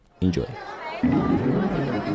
Enjoy